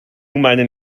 meinen